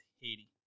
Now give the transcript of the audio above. Haiti